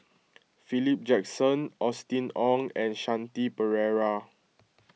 Philip Jackson Austen Ong and Shanti Pereira